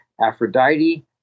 Aphrodite